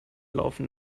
laufen